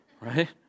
Right